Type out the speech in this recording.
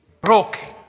broken